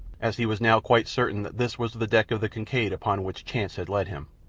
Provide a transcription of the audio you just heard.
as he was now quite certain that this was the deck of the kincaid upon which chance had led him.